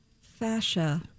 fascia